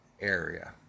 area